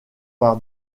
par